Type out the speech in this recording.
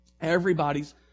everybody's